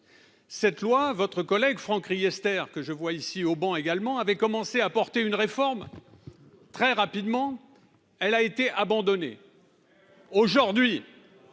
cette loi, votre collègue Franck Esther que je vois ici au banc également avait commencé à porter une réforme très rapidement, elle a été abandonnée aujourd'hui,